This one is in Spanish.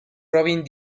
robin